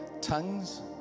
tongues